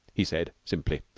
he said simply.